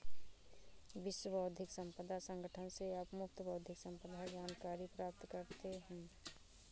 विश्व बौद्धिक संपदा संगठन से आप मुफ्त बौद्धिक संपदा जानकारी प्राप्त करते हैं